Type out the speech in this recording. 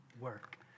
work